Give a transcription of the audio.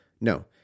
no